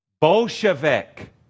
Bolshevik